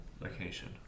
location